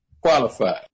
Qualified